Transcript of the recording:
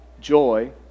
joy